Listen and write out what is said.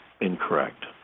incorrect